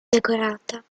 decorata